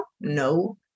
No